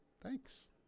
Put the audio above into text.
Thanks